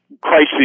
crises